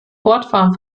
fortfahren